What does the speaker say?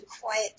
quiet